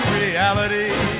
reality